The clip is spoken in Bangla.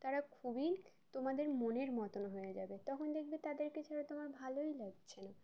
তারা খুবই তোমাদের মনের মতোন হয়ে যাবে তখন দেখবে তাদেরকে ছাড়া তোমার ভালোই লাগছে না